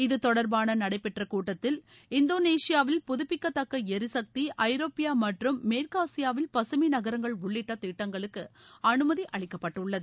இது தொடர்பான நடைபெற்ற கூட்டத்தில் இந்தோனேஷியாவில் புதப்பிக்கத்தக்க எரிசக்தி ஐரோப்பியா மற்றும் மேற்காசியாவில் பகமை நகரங்கள் உள்ளிட்ட திட்டங்களுக்கு அனுமதி அளிக்கப்பட்டுள்ளது